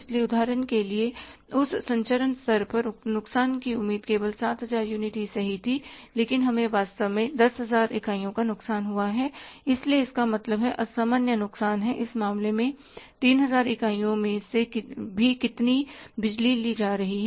इसलिए उदाहरण के लिए उस संचरण स्तर पर नुकसान की उम्मीद केवल सात हजार यूनिट ही सही थी लेकिन हमें वास्तव में 10000 इकाइयों का नुकसान हुआ है इसलिए इसका मतलब असामान्य नुकसान है कि इस मामले में 3000 इकाइयों से भी कितनी बिजली ली जा रही है